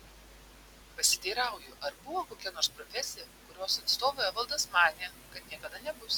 pasiteirauju ar buvo kokia nors profesija kurios atstovu evaldas manė kad niekada nebus